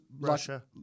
Russia